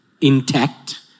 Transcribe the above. intact